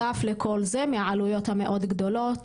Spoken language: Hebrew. ובנוסף לכל זה, מהעלויות המאוד גדולות